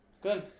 Good